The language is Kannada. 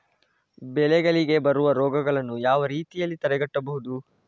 ಬೆಳೆಗಳಿಗೆ ಬರುವ ರೋಗಗಳನ್ನು ಯಾವ ರೀತಿಯಲ್ಲಿ ತಡೆಗಟ್ಟಬಹುದು?